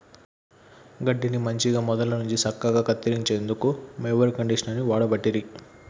గడ్డిని మంచిగ మొదళ్ళ నుండి సక్కగా కత్తిరించేందుకు మొవెర్ కండీషనర్ని వాడబట్టిరి